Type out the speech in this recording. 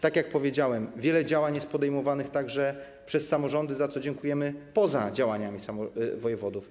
Tak jak powiedziałem, wiele działań jest podejmowanych także przez samorządy, za co dziękujemy, poza działaniami wojewodów.